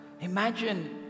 Imagine